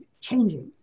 changing